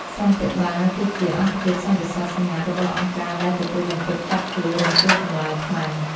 សន្តិបាលគឺជាអង្គភាពសន្តិសុខសម្ងាត់របស់អង្គការដែលទទួលបន្ទុកចាប់ខ្លួន និងសួរចម្លើយ «ខ្មាំង»។